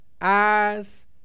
Eyes